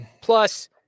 plus